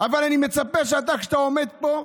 אבל אני מצפה שאתה, כשאתה עומד פה,